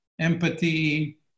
empathy